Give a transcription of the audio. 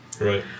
Right